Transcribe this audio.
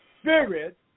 Spirit